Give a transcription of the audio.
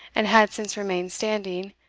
and had since remained standing,